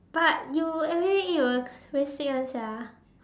but you everyday eat will very sick [one] sia